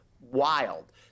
wild